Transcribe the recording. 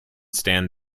stand